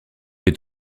est